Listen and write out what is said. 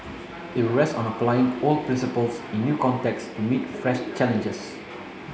it will rest on applying old principles in new contexts to meet fresh challenges